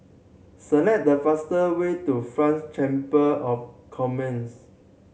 select the fastest way to French Chamber of Commerce